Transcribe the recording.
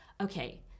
Okay